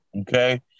Okay